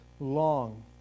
Long